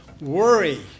Worry